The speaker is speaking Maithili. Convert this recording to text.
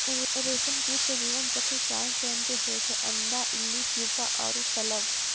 रेशम कीट के जीवन चक्र चार चरण के होय छै अंडा, इल्ली, प्यूपा आरो शलभ